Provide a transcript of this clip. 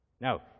No